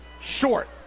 Short